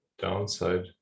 downside